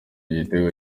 gitego